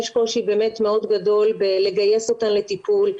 יש קושי באמת מאוד גדול בלגייס אותן לטיפול,